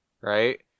right